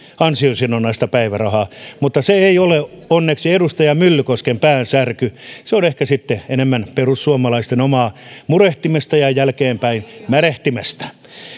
ansiosidonnaista päivärahaa mutta se ei ole onneksi edustaja myllykosken päänsärky se on ehkä sitten enemmän perussuomalaisten omaa murehtimista ja jälkeenpäin märehtimistä